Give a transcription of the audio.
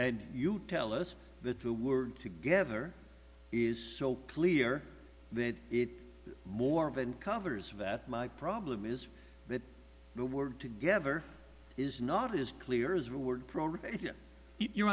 and you tell us that we were together is so clear that it more than covers of that my problem is that the word together is not as clear as